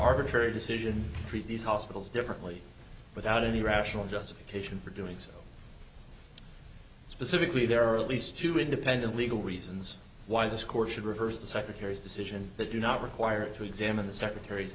arbitrary decision treat these hospitals differently without any rational justification for doing so specifically there are at least two independent legal reasons why this court should reverse the secretary's decision that do not require it to examine the secretar